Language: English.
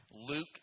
Luke